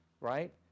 Right